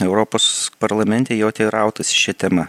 europos parlamente jo teirautasi šia tema